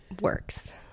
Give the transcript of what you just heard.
works